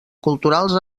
culturals